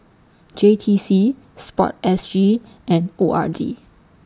J T C Sport S G and O R D